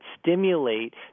stimulate